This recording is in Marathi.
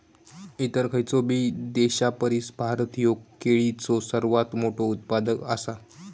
इतर खयचोबी देशापरिस भारत ह्यो केळीचो सर्वात मोठा उत्पादक आसा